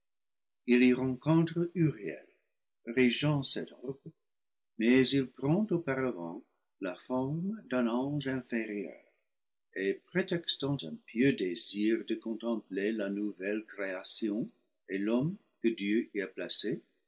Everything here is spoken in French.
y rencontre uriel régent cet orbe mais il prend auparavant la forme d'un ange inférieur et prétextant un pieux désir de contempler la nouvelle création et l'homme que dieu y a placé